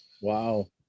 wow